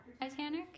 Titanic